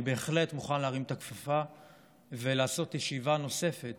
אני בהחלט מוכן להרים את הכפפה ולעשות ישיבה נוספת